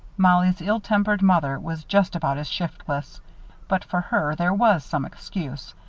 mollie's ill-tempered mother was just about as shiftless but for her there was some excuse.